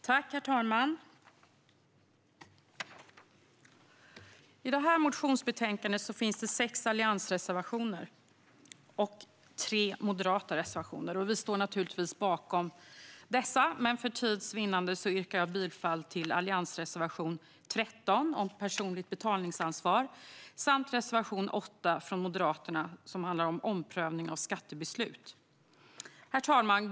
Herr talman! I detta motionsbetänkande behandlas sex alliansreservationer och tre moderata reservationer. Vi står naturligtvis bakom dessa, men för tids vinnande yrkar jag bifall bara till alliansreservation 13, om personligt betalningsansvar, samt till reservation 8 från Moderaterna, som handlar om omprövning av skattebeslut. Herr talman!